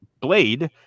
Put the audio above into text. Blade